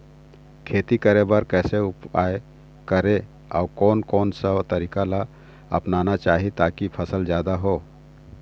खेती करें बर कैसे उपाय करें अउ कोन कौन सा तरीका ला अपनाना चाही ताकि फसल जादा हो?